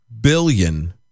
billion